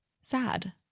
sad